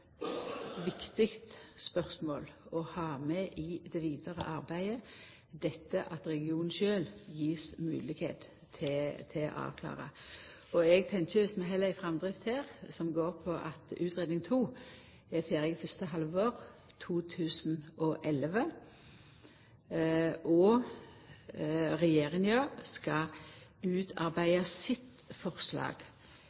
viktig spørsmål å ha med i det vidare arbeidet – det at regionen sjølv blir gjeven ei moglegheit til å avklara. Eg tenkjer at dersom vi held ei framdrift som går på at utgreiing to er ferdig fyrste halvår 2011, og regjeringa skal